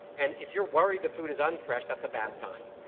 and if you're worried the food is unfresh, that's a bad sign.